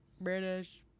British